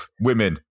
women